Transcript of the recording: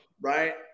right